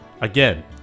Again